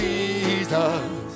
Jesus